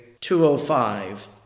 205